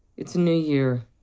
it's a new year.